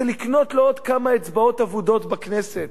לקנות לו עוד כמה אצבעות אבודות בכנסת,